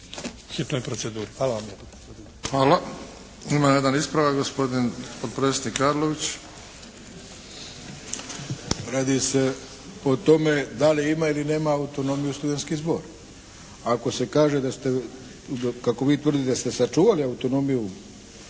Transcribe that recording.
Hvala. Ima jedan ispravak, gospodin potpredsjednik Arlović. **Arlović, Mato (SDP)** Radi se o tome da li ima ili nema autonomiju studentski zbor. Ako se kaže kako vi tvrdite da ste sačuvali autonomiju